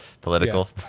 Political